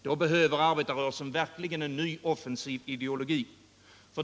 Då behöver arbetarrörelsen verkligen en ny, offensiv ideologi.